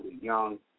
young